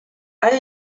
are